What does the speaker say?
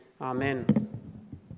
amen